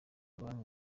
banki